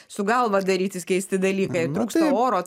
su galva darytis keisti dalykai trūksta oro